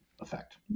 effect